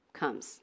comes